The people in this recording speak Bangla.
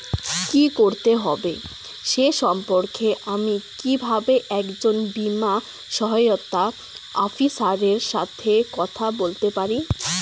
কী করতে হবে সে সম্পর্কে আমি কীভাবে একজন বীমা সহায়তা অফিসারের সাথে কথা বলতে পারি?